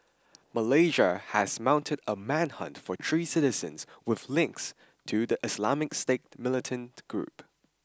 Malaysia has mounted a manhunt for three citizens with links to the Islamic State militant group